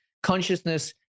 Consciousness